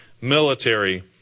military